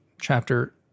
chapter